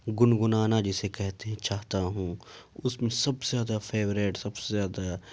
گنگنانا جسے کہتے ہیں چاہتا ہوں اس میں سب سے زیادہ فیوریٹ سب سے زیادہ